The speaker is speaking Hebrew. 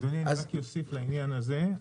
אדוני, אני רק אוסיף לעניין הזה,